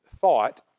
thought